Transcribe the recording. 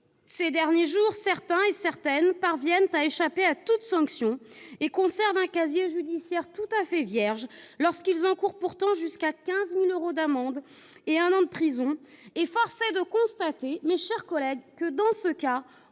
d'y échapper. Ainsi, certains et certaines parviennent à échapper à toute sanction et conservent un casier judiciaire tout à fait vierge, alors qu'ils encourent jusqu'à 15 000 euros d'amende et un an de prison. Et dans ce cas, mes chers collègues, on ne vous